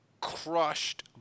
crushed